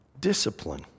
discipline